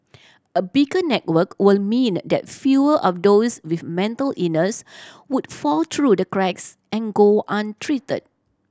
a bigger network will mean that fewer of those with mental illness would fall through the cracks and go untreated